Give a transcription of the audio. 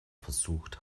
versucht